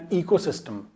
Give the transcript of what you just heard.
ecosystem